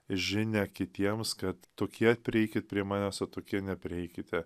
žinią kitiems kad tokie prieikit prie manęs o tokie neprieikite